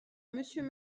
monsieur